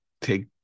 take